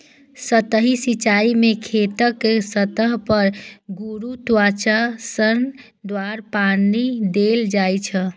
सतही सिंचाइ मे खेतक सतह पर गुरुत्वाकर्षण द्वारा पानि देल जाइ छै